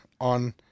on